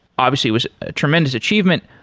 obviously it was a tremendous achievement.